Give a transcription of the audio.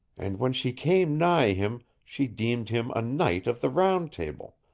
and when she came nigh him she deemed him a knight of the round table,